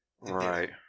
right